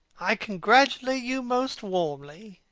i congratulate you most warmly,